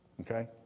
okay